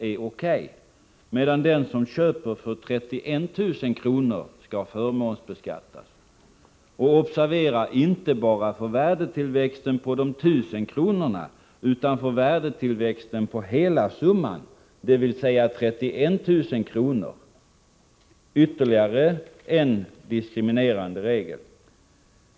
är O. K., när den som köper aktier för 31 000 kr. skall förmånsbeskattas? Observera att man inte bara förmånsbeskattas för värdetillväxten på de 1 000 kronorna utan också för värdetillväxten på hela summan, dvs. på 31 000 kr. Här har vi således ytterligare en diskriminerande regel.